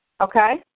Okay